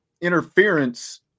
interference